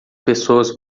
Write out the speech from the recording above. pessoas